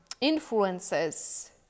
influences